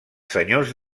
senyors